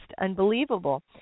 unbelievable